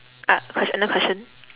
ah question ah question